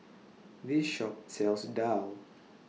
This Shop sells Daal